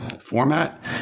format